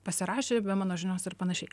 pasirašė be mano žinios ir panašiai